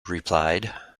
replied